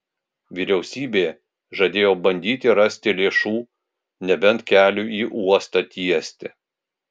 vyriausybė žadėjo bandyti rasti lėšų nebent keliui į uostą tiesti